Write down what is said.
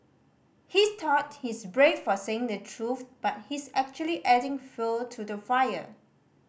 he thought he's brave for saying the truth but he's actually adding fuel to the fire